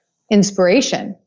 inspiration.